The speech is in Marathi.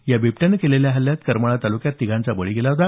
या बिबट्यानं केलेल्या हल्ल्यात करमाळा तालुक्यात तिघांचा बळी गेला आहे